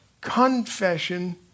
confession